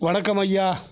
வணக்கம் ஐயா